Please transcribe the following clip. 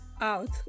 out